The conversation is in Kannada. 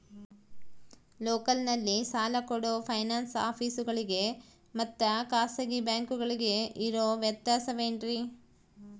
ಲೋಕಲ್ನಲ್ಲಿ ಸಾಲ ಕೊಡೋ ಫೈನಾನ್ಸ್ ಆಫೇಸುಗಳಿಗೆ ಮತ್ತಾ ಖಾಸಗಿ ಬ್ಯಾಂಕುಗಳಿಗೆ ಇರೋ ವ್ಯತ್ಯಾಸವೇನ್ರಿ?